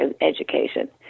education